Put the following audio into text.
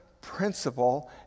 principle